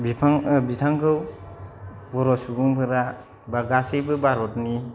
बिथां बिथांखौ बर' सुबुंफोरा गासैबो भारतनि